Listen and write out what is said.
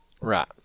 Right